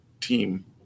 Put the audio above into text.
team